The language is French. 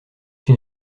une